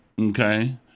okay